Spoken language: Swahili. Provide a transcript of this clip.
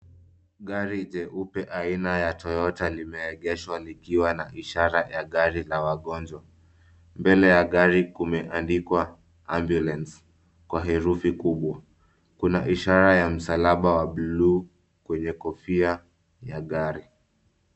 Gari jeupe aina ya Toyota limeegeshwa likiwa na ishara ya gari la wagonjwa. Mbele ya gari kumeandikwa ambulance kwa herufi kubwa. Kuna ishara ya msalaba wa buluu kwenye kofia ya gari.